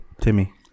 Timmy